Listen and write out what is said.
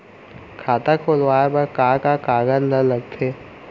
खाता खोलवाये बर का का कागज ल लगथे?